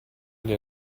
gli